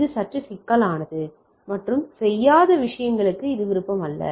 இது சற்று சிக்கலானது மற்றும் செய்யாத விஷயங்களுக்கு இது விருப்பமல்ல